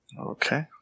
okay